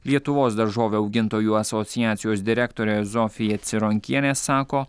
lietuvos daržovių augintojų asociacijos direktorė zofija cironkienė sako